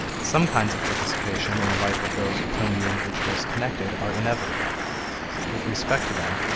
some kinds of participation in the life of those with whom the individual is connected are inevitable with respect to them,